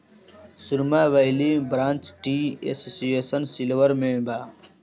सुरमा valley branch T association Silchar में बा